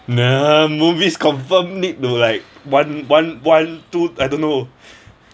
nah movies confirm need to like one one one two I don't know